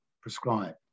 prescribe